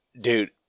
Dude